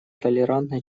толерантной